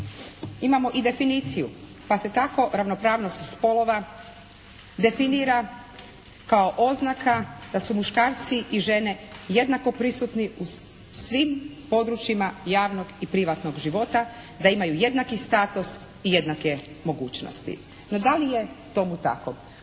imamo i definiciju, pa se tako ravnopravnost spolova definira kao oznaka da su muškarci i žene jednako prisutni u svim područjima javnog i privatnog života, da imaju jednaki status i jednake mogućnosti. No, da li je tomu tako?